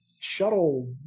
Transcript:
shuttle